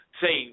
say